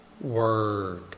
Word